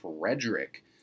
Frederick